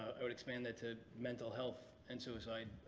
would expand that to mental health and suicide.